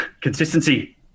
Consistency